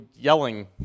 yelling